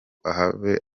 ahave